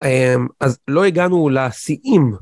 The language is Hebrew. אז לא הגענו להסיעים.